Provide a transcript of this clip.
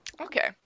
okay